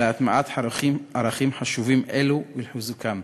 להטמעת ערכים חשובים אלו ולחיזוקם.